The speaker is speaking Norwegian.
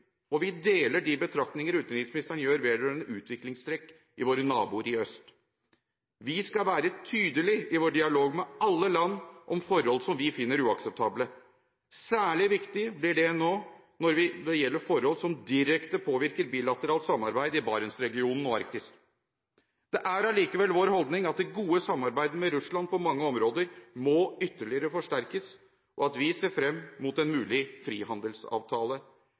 og vi deler de betraktninger utenriksministeren gjør vedrørende utviklingstrekk hos våre naboer i øst. Vi skal være tydelig i vår dialog med alle land om forhold som vi finner uakseptable. Særlig viktig blir det når det gjelder forhold som direkte påvirker bilateralt samarbeid i Barentsregionen og Arktis. Det er vår holdning at det gode samarbeidet med Russland på mange områder må ytterligere forsterkes, og vi ser frem mot en mulig frihandelsavtale.